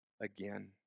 again